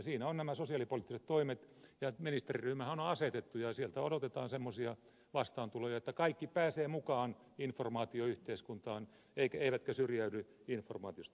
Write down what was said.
siinä ovat nämä sosiaalipoliittiset toimet ja ministeriryhmähän on asetettu ja sieltä odotetaan semmoisia vastaantuloja että kaikki pääsevät mukaan informaatioyhteiskuntaan eivätkä syrjäydy informaatiosta